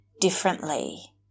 differently